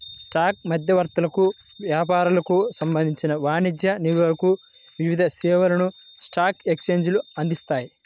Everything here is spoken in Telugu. స్టాక్ మధ్యవర్తులకు, వ్యాపారులకు సంబంధించిన వాణిజ్య నిల్వలకు వివిధ సేవలను స్టాక్ ఎక్స్చేంజ్లు అందిస్తాయి